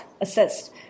assist